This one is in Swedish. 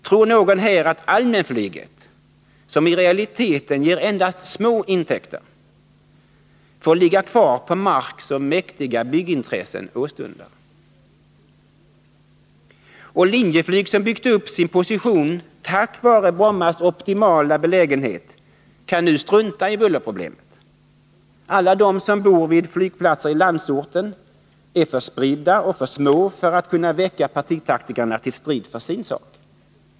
Tror någon här att allmänflyget, som i realiteten endast ger små intäkter, får ligga kvar på mark som mäktiga byggintressen åstundar? Och Linjeflyg, som byggt upp sin position tack vare Brommas optimala belägenhet, kan nu strunta i bullerproblemet. Alla de som bor vid flygplatser ilandsorten är för spridda och för små för att kunna väcka partitaktikerna till strid för sin sak.